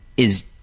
is